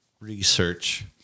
research